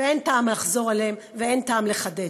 ואין טעם לחזור עליהן ואין טעם לחדד.